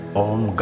om